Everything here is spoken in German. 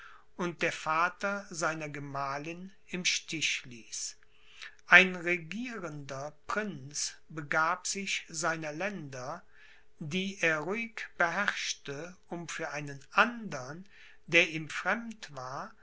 und der vater seiner gemahlin im stich ließ ein regierender prinz begab sich seiner länder die er ruhig beherrschte um für einen andern der ihm fremd war